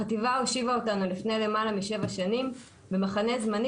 החטיבה הושיבה אותנו לפני למעלה משבע שנים במחנה זמני